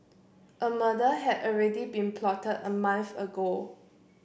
a murder had already been plotted a month ago